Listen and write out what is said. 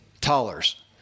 Toller's